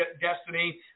destiny